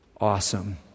awesome